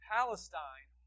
Palestine